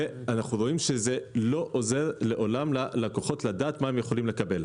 ואנחנו רואים שזה לא עוזר לעולם ללקוחות לדעת מה הם יכולים לקבל.